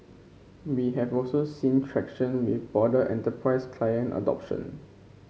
we have also seen traction with broader enterprise client adoption